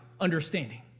understanding